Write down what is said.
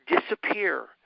disappear